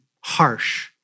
harsh